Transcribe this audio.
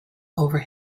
over